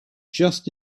just